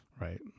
Right